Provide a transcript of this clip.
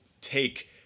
take